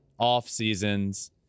offseasons